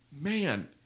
Man